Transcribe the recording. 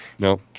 No